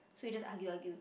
so we just argue argue